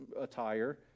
attire